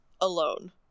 alone